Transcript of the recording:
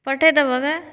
ପଠାଇଦବ କା